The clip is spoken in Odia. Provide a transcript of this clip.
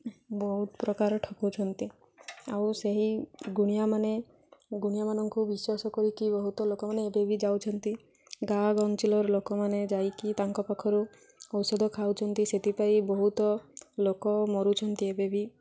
ବହୁତ ପ୍ରକାର ଠକୁଛନ୍ତି ଆଉ ସେହି ଗୁଣିଆମାନେ ଗୁଣିଆମାନଙ୍କୁ ବିଶ୍ୱାସ କରିକି ବହୁତ ଲୋକମାନେ ଏବେ ବି ଯାଉଛନ୍ତି ଗାଁ ଅଞ୍ଚଳର ଲୋକମାନେ ଯାଇକି ତାଙ୍କ ପାଖରୁ ଔଷଧ ଖାଉଛନ୍ତି ସେଥିପାଇଁ ବହୁତ ଲୋକ ମରୁଛନ୍ତି ଏବେବି